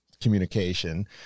communication